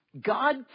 God